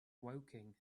woking